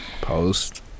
post